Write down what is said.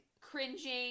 cringing